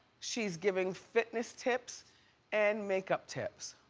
she's giving fitness tips and makeup tips.